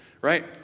right